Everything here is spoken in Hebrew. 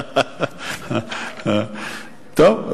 טוב,